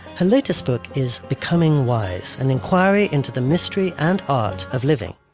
her latest book is becoming wise an inquiry into the mystery and art of living